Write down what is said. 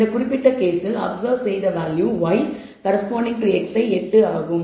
இந்த குறிப்பிட்ட கேஸில் அப்சர்வ் செய்த value yi corresponding to xi 8 ஆகும்